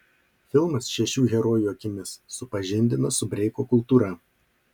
filmas šešių herojų akimis supažindina su breiko kultūra